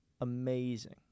Amazing